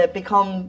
become